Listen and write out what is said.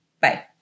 Bye